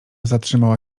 zatrzymała